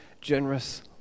generous